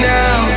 now